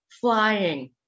Flying